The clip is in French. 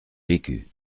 vécu